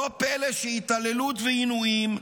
לא פלא שהתעללות ועינויים,